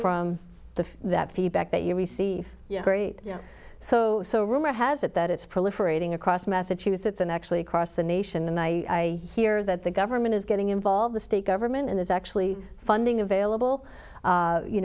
the that feedback that you receive yeah great yeah so so rumor has it that it's proliferating across massachusetts and actually across the nation and i hear that the government is getting involved the state government is actually funding available